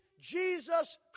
Jesus